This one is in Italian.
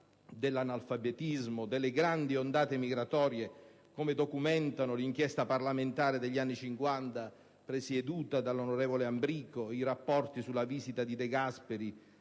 dell'analfabetismo, delle grandi ondate migratorie, come documentano l'inchiesta parlamentare degli anni Cinquanta presieduta dall'onorevole Ambrico ed i rapporti sulla visita di De Gasperi